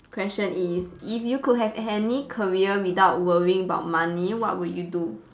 question is if you could have any career without worrying about money what would you do